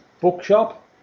bookshop